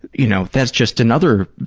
you know, that's just another